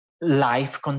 life